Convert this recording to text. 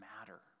matter